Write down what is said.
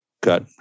got